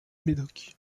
médoc